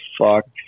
fuck